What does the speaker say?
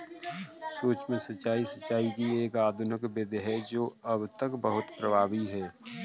सूक्ष्म सिंचाई, सिंचाई की एक आधुनिक विधि है जो अब तक बहुत प्रभावी है